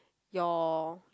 your